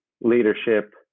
leadership